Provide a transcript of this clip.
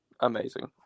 Amazing